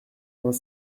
vingt